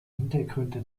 hintergründe